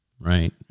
right